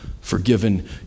Forgiven